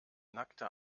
nackte